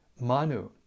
Manu